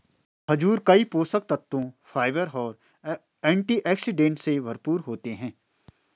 खजूर कई पोषक तत्वों, फाइबर और एंटीऑक्सीडेंट से भरपूर होते हैं